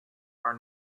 are